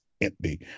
empty